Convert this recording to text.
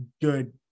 good